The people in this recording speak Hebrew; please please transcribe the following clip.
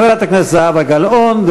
חברת הכנסת זהבה גלאון,